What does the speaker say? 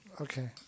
Okay